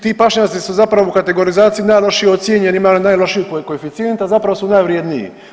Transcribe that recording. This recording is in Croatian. Ti pašnjaci su zapravo u kategorizaciji najlošije ocijenjeni, imali najlošije koeficijente, a zapravo su najvrijedniji.